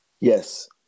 Yes